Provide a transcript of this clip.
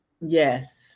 yes